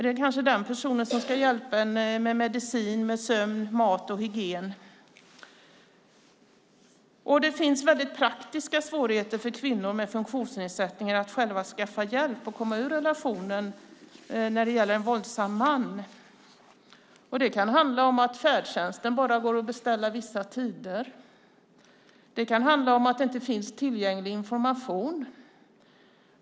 Det är kanske den personen som ska hjälpa dem med medicin, sömn, mat och hygien. Det finns väldigt praktiska svårigheter för kvinnor med funktionsnedsättningar att själva skaffa hjälp att komma ur relationen med en våldsam man. Det kan handla om att färdtjänsten bara går att beställa vissa tider eller att det inte finns tillgänglig information.